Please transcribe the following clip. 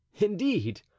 Indeed